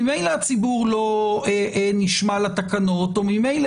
ממילא הציבור לא נשמע לתקנות או ממילא